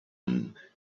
and